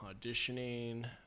auditioning